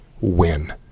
win